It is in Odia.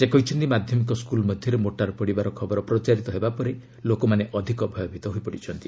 ସେ କହିଛନ୍ତି ମାଧ୍ୟମିକ ସ୍କୁଲ ମଧ୍ୟରେ ମୋର୍ଟାର୍ ପଡ଼ିବାର ଖବର ପ୍ରଚାରିତ ହେବା ପରେ ଲୋକମାନେ ଅଧିକ ଭୟଭୀତ ହୋଇପଡ଼ିଛନ୍ତି